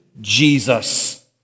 Jesus